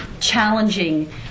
challenging